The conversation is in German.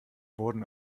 wurden